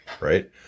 right